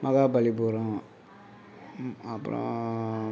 மகாபலிபுரம் அப்புறம்